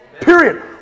Period